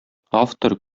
автор